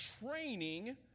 training